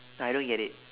I don't get it